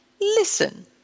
listen